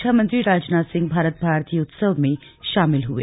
रक्षा मंत्री राजनाथ सिंह भारत भारती उत्सव में शामिल हुए